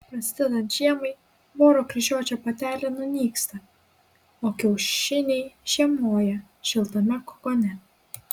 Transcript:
prasidedant žiemai voro kryžiuočio patelė nunyksta o kiaušiniai žiemoja šiltame kokone